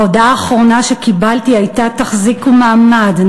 ההודעה האחרונה שקיבלתי הייתה: 'תחזיקו מעמד,